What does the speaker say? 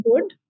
good